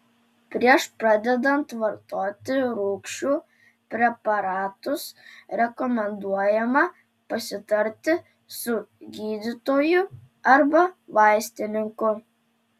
prieš pradedant vartoti rūgčių preparatus rekomenduojama pasitarti su gydytoju arba vaistininku